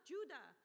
Judah